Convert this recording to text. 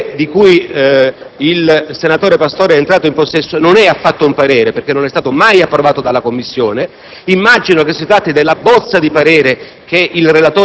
quel documento di cui il senatore Pastore è entrato in possesso non è affatto un parere, perché non è mai stato approvato dalla Commissione. Immagino si tratti della bozza di parere